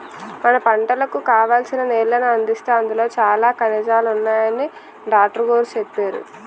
మన పంటలకు కావాల్సిన నీళ్ళను అందిస్తే అందులో చాలా ఖనిజాలున్నాయని డాట్రుగోరు చెప్పేరు